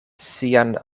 sian